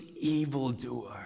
evildoer